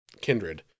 kindred